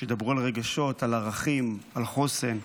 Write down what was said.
שידברו על רגשות, על ערכים, על חוסן?